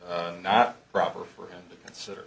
of not proper for him to consider